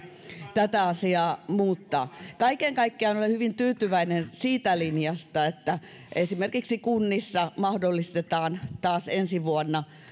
tätä asiaa muuttaa kaiken kaikkiaan olen hyvin tyytyväinen siitä linjasta että esimerkiksi kunnissa mahdollistetaan taas ensi vuonna